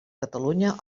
catalunya